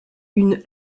une